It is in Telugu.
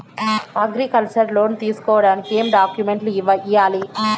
అగ్రికల్చర్ లోను తీసుకోడానికి ఏం డాక్యుమెంట్లు ఇయ్యాలి?